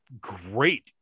great